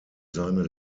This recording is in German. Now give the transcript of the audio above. seine